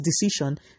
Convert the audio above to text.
decision